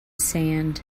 sand